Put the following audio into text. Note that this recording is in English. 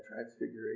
transfiguration